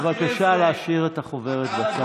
בבקשה להשאיר את החוברת בצד.